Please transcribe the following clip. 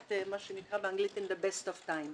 זה מה שנקרא באנגלית: "אין דה בסט אוף טיים".